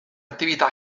attività